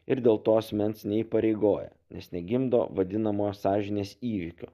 ir dėl to asmens neįpareigoja nes negimdo vadinamo sąžinės įvykio